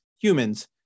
humans